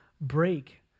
break